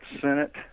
Senate